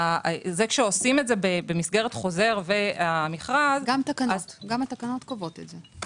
כשעושים את זה במסגרת חוזר ומכרז --- גם התקנות קובעות את זה,